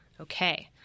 Okay